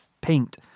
paint